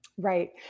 Right